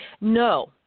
No